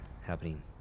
happening